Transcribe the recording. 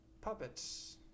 puppets